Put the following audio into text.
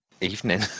Evening